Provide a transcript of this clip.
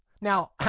Now